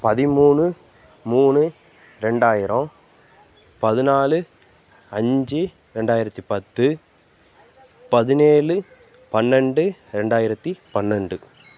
பதிமூணு மூணு ரெண்டாயிரோம் பதினாலு அஞ்சு ரெண்டாயிரத்தி பத்து பதினேழு பன்னெண்டு ரெண்டாயிரத்தி பன்னெண்டு